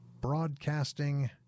broadcasting